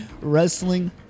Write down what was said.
wrestling